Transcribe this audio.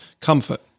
comfort